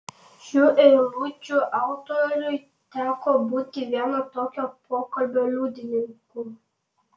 šių eilučių autoriui teko būti vieno tokio pokalbio liudininku